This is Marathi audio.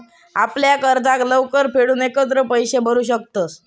आपल्या कर्जाक लवकर फेडूक एकत्र पैशे भरू शकतंस